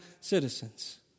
citizens